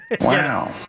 Wow